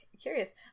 curious